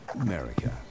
America